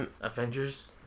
Avengers